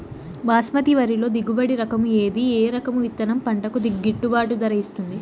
బాస్మతి వరిలో దిగుబడి రకము ఏది ఏ రకము విత్తనం పంటకు గిట్టుబాటు ధర ఇస్తుంది